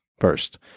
first